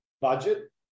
budget